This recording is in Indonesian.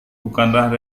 bukanlah